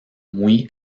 muy